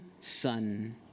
son